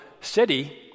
city